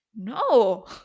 no